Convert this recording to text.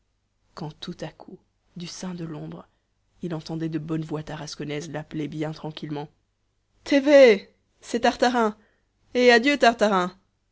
quand tout à coup du sein de l'ombre il entendait de bonnes voix tarasconnaises l'appeler bien tranquillement té vé c'est tartarin et adieu tartarin